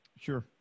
Sure